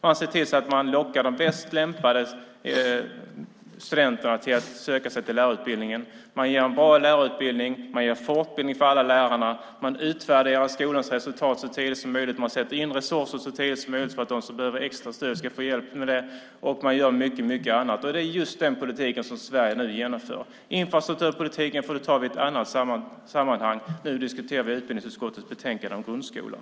Man ser till att man lockar de bäst lämpade studenterna att söka sig till lärarutbildningen, ger en bra lärarutbildning och fortbildning till alla lärare, utvärderar skolans resultat så tidigt som möjligt och sätter in resurser så tidigt som möjligt så att de som behöver extra stöd får det. Och man gör mycket annat. Det är just den politiken som Sverige nu genomför. Infrastrukturpolitiken får vi ta upp i något annat sammanhang. Nu diskuterar vi utbildningsutskottets betänkande om grundskolan.